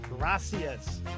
Gracias